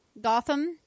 Gotham